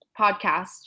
podcast